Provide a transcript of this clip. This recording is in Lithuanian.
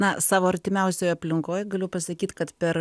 na savo artimiausioj aplinkoj galiu pasakyt kad per